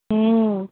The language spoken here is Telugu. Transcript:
ఆ